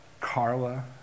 Carla